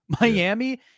Miami